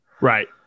right